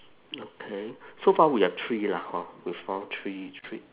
okay so far we have three lah hor we found three three